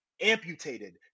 amputated